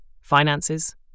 Finances